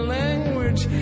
language